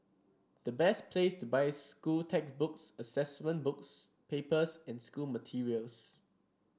the best place to buy school textbooks assessment books papers and school materials